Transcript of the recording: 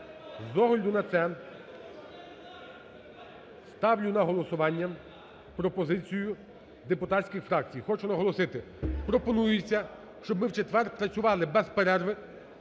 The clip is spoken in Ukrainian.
З огляду на це, ставлю на голосування пропозицію депутатських фракцій. Хочу наголосити, пропонується, щоб ми в четвер працювали без перерви,